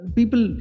People